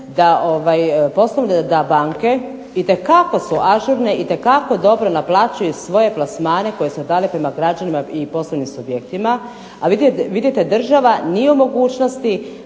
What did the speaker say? da banke itekako su ažurne, itekako dobro naplaćuju svoje plasmane koje su dali prema građanima i poslovnim subjektima, a vidite država nije u mogućnosti.